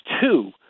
two